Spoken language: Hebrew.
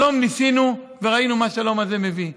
שלום ניסינו וראינו מה השלום הזה מביא.